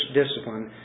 discipline